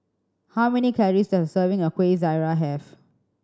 how many calories does a serving of Kuih Syara have